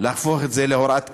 להפוך את זה להוראת קבע,